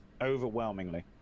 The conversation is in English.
overwhelmingly